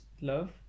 love